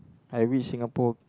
I wish Singapore